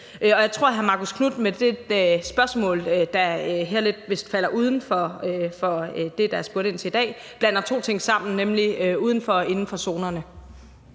Jeg tror, at hr. Marcus Knuth med det spørgsmål, der her vist lidt falder uden for det, der er spurgt ind til i dag, blander to ting sammen, nemlig det med uden for og inden for zonerne.